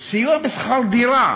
סיוע בשכר-דירה,